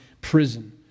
prison